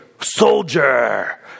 soldier